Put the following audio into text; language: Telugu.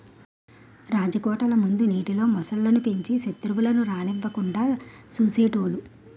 రాజకోటల ముందు నీటిలో మొసళ్ళు ను పెంచి సెత్రువులను రానివ్వకుండా చూసేటోలు